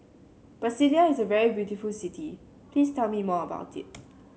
Brasilia is a very beautiful city please tell me more about it